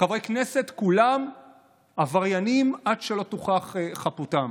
חברי כנסת כולם עבריינים עד שלא תוכח חפותם.